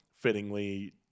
fittingly